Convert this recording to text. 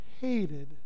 hated